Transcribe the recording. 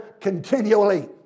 continually